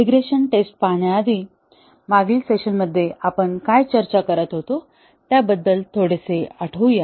regression test पाहण्याआधी मागील सेशनमध्ये आपण काय चर्चा करत होतो त्याबद्दल थोडेसे आठवूया